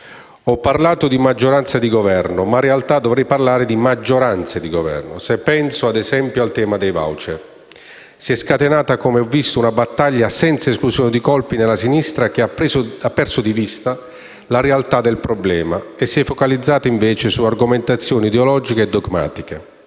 Ho parlato di maggioranza di Governo, ma in realtà dovrei parlare di maggioranze di Governo. Pensiamo, ad esempio, al tema dei *voucher*, dove si è scatenata una battaglia senza esclusione di colpi nella sinistra, che ha perso di vista la realtà del problema e si è focalizzata invece su argomentazioni ideologiche e dogmatiche.